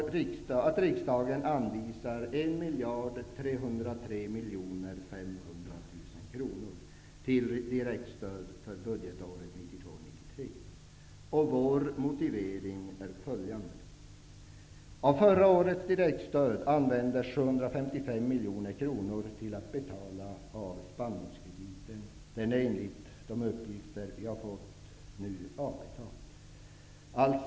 Vi föreslår att riksdagen anvisar 1 303 500 000 kr till direktstöd för budgetåret 1992/93. Vår motivering till detta är följande. Av förra årets direktstöd användes 755 miljoner kronor till att betala av spannmålskrediten. Enligt uppgift är denna nu avbetald.